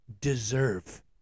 deserve